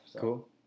Cool